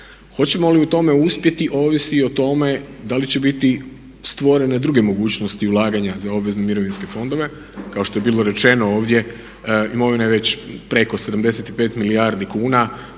Hoćemo li u tome uspjeti ovisi i o tome da li će biti stvorene druge mogućnosti ulaganja za obvezne mirovinske fondove kao što je bilo rečeno ovdje, imovina je već preko 75 milijardi kuna,